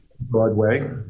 Broadway